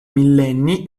millenni